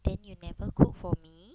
then you never cook for me